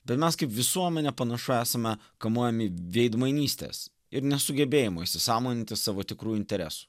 bet mes kaip visuomenė panašu esame kamuojami veidmainystės ir nesugebėjimo įsisąmoninti savo tikrųjų interesų